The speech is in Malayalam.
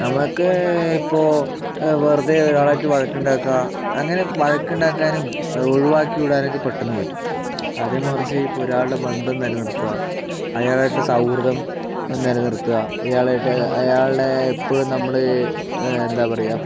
നമ്മൾക്ക് ഇപ്പോൾ വെറുതേ ഒരാളുമായിട്ട് വഴക്കുണ്ടാക്കുക അങ്ങനെ വഴക്കുണ്ടാക്കാനും ഒഴിവാക്കി വിടാനൊക്കെ പെട്ടന്ന് പറ്റും അത് മറിച്ച് ഇപ്പോൾ ഒരാളുടെ ബന്ധം നിലനിർത്തുക അയാളുമായിട്ടുള്ള സൗഹൃദം നിലനിർത്തുക അയാളുമായിട്ട് അയളെ എപ്പോഴും നമ്മൾ എന്താ പറയുക